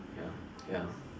ya ya